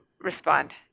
respond